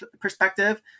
perspective